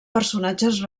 personatges